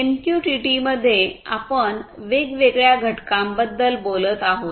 एमक्यूटीटीमध्ये आपण वेगवेगळ्या घटकांबद्दल बोलत आहोत